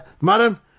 Madam